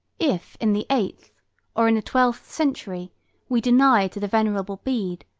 if in the eighth or in the twelfth century we deny to the venerable bede,